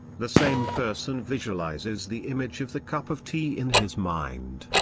the same person visualizes the image of the cup of tea in his mind,